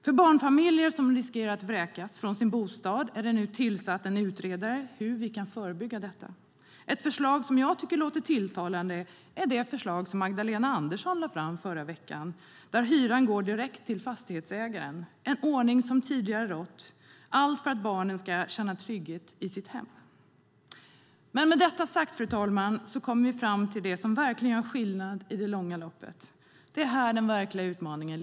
För barnfamiljer som riskerar att vräkas från sin bostad är det nu tillsatt en utredning om hur vi kan förebygga detta. Ett förslag som jag tycker låter tilltalande är det förslag som Magdalena Andersson lade fram förra veckan, nämligen att pengarna till hyran ska gå direkt till fastighetsägaren - det är en ordning som tidigare rått - allt för att barn ska känna trygghet i sina hem. Vi kommer nu fram till det som gör skillnad i det långa loppet och det som är den verkliga utmaningen.